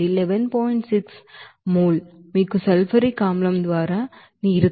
6 mole మీకు sulphuric acid ద్వారా నీరు తెలుసు ఈ 46